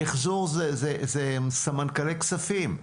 מיחזור זה סמנכ"ל כספים,